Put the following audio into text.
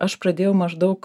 aš pradėjau maždaug